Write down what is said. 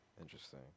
interesting